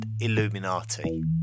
illuminati